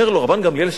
אומר לו רבן גמליאל,